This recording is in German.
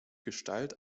gestalt